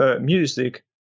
music